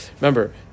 remember